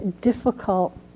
difficult